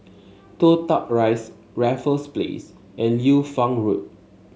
Toh Tuck Rise Raffles Place and Liu Fang Road